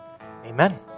Amen